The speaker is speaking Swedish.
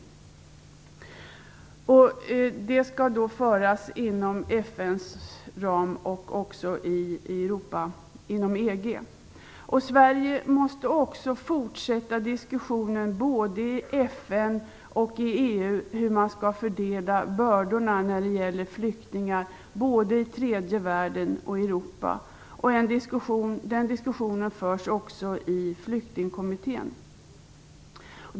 Detta skall ske inom FN:s ram och också inom EG. Sverige måste också fortsätta diskussionen i både FN och EU om hur flyktingbördorna skall fördelas både i tredje världen och i Europa. Den diskussionen förs också i Flyktingkommittén.